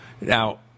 Now